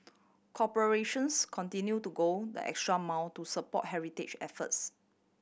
corporations continued to go the extra mile to support heritage efforts